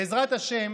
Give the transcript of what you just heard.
בעזרת השם,